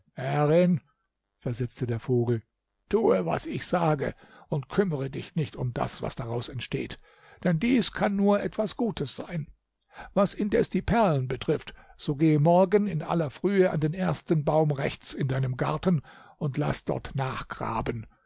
versetzte der vogel tue was ich sage und kümmere dich nicht um das was daraus entsteht denn dies kann nur etwas gutes sein was indes die perlen betrifft so gehe morgen in aller frühe an den ersten baum rechts in deinem garten und laß dort nachgraben